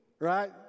right